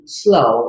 slow